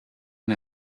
and